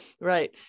right